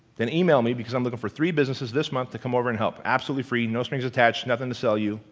then email me because i'm looking for three businesses this month to come over and help absolutely free. no strings attached, nothing to sell you,